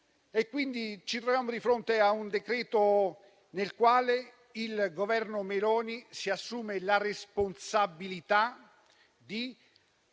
Ci troviamo di fronte a un decreto-legge nel quale il Governo Meloni si assume la responsabilità di